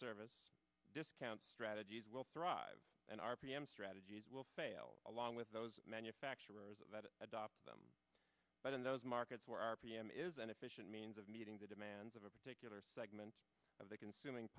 service discount strategies will thrive and r p m strategies will fail along with those manufacturers of it adopt them but in those markets where r p m is an efficient means of meeting the demands of a particular segment of the consuming